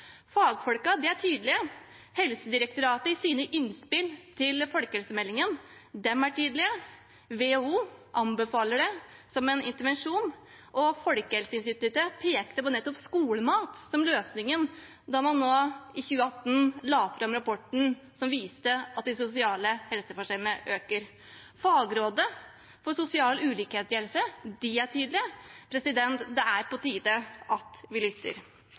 er tydelige. Helsedirektoratet er tydelige i sine innspill til folkehelsemeldingen. WHO anbefaler det som en intervensjon. Folkehelseinstituttet pekte nettopp på skolemat som løsningen da man i 2018 la fram rapporten som viste at de sosiale helseforskjellene øker. Fagrådet for sosial ulikhet i helse er tydelig. Det er på tide at vi lytter.